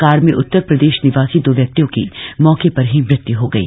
car में उतर प्रदेश निवासी दो व्यक्तियों की मौके पर ही मृत्यु हो गई